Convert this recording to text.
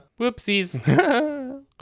whoopsies